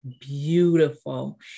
Beautiful